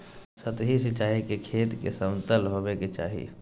सतही सिंचाई के खेत के समतल होवे के चाही